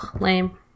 Lame